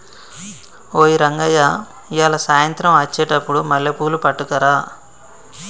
ఓయ్ రంగయ్య ఇయ్యాల సాయంత్రం అచ్చెటప్పుడు మల్లెపూలు పట్టుకరా